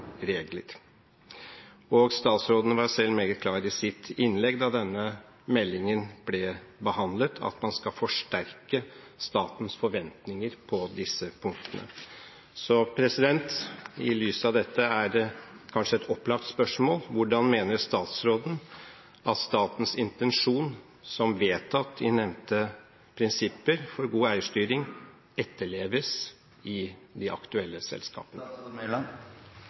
regler. Statsråden var selv meget klar i sitt innlegg, da denne meldingen ble behandlet, på at man skal forsterke statens forventninger på disse punktene. Så i lys av dette er det kanskje et opplagt spørsmål: Hvordan mener statsråden at statens intensjon, som vedtatt i nevnte prinsipper for god eierstyring, etterleves i de aktuelle selskapene?